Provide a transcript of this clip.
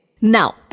Now